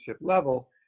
level